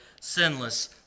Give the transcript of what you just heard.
sinless